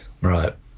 Right